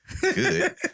Good